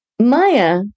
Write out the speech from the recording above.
Maya